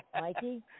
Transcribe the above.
Mikey